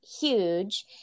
huge